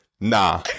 nah